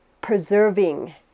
preserving